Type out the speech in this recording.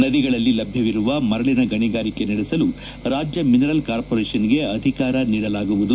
ನದಿಗಳಲ್ಲಿ ಲಭ್ಯವಿರುವ ಮರಳಿನ ಗಣಿಗಾರಿಕೆ ನಡೆಸಲು ರಾಜ್ಯ ಮಿನರಲ್ ಕಾರ್ಪೋರೇಶನ್ಗೆ ಅಧಿಕಾರ ನೀಡಲಾಗುವುದು